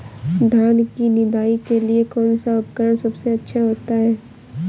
धान की निदाई के लिए कौन सा उपकरण सबसे अच्छा होता है?